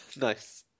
Nice